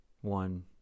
one